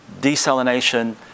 desalination